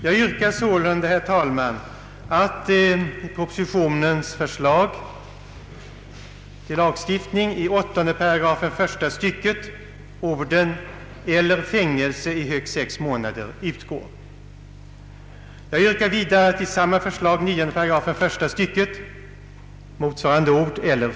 Jag yrkar sålunda, herr talman, att i propositionens förslag till lagstiftning i 8 §, första stycket, orden ”eller fängelse i högst sex månader” utgår. Jag yrkar vidare att i samma förslag 9 §, första stycket, motsvarande ord utgår.